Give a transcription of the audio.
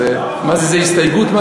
זו הסתייגות?